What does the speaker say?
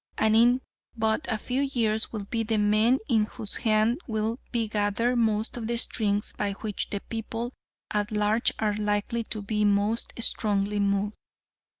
and in but a few years will be the men in whose hands will be gathered most of the strings by which the people at large are likely to be most strongly moved.